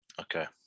okay